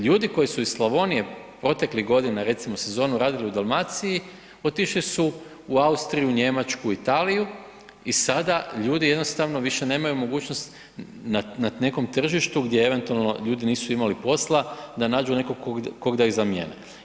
Ljudi koji su iz Slavonije proteklih godina, recimo, sezonu radili u Dalmaciji otišli su u Austriju, Njemačku, Italiju i sada ljudi jednostavno više nemaju mogućnost na nekom tržištu gdje eventualno ljudi nisu imali posla da nađu nekog koga da zamjene.